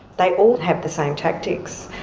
they all have the same tactics.